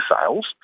sales